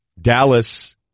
Dallas